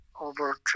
over